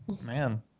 man